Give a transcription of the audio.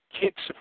Kicks